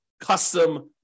custom